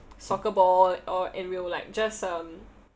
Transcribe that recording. soccer ball or and we'll like just um